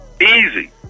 Easy